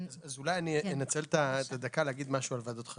אז אולי אני אנצל את הדקה להגיד משהו על ועדות חריגים,